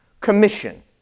Commission